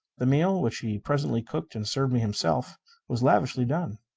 the meal which he presently cooked and served me himself was lavishly done.